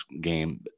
game